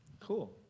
Cool